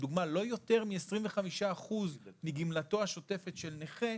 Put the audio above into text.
לדוגמה לא יותר מ-25% מגמלתו השוטפת של נכה,